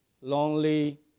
lonely